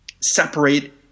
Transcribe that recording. separate